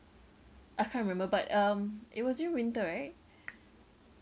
I can't remember but um it was during winter right